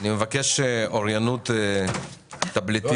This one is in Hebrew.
בעת בניית התקציב בחודש אוגוסט 2021 היקף הפעילות לא היה